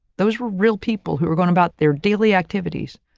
those were real people who were going about their daily activities.